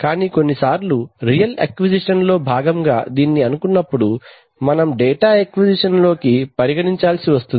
కానీ కొన్నిసార్లు real acquisition లో భాగంగా దీన్ని అనుకున్నప్పుడు మనం డేటా అక్విజిషన్ లోకి పరిగణించాల్సి వస్తుంది